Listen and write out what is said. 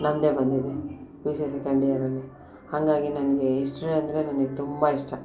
ನನ್ನದೇ ಬಂದಿದೆ P U C second ಇಯರಲ್ಲಿ ಹಾಗಾಗಿ ನನಗೆ ಇಸ್ಟ್ರಿ ಅಂದರೆ ನನಗೆ ತುಂಬ ಇಷ್ಟ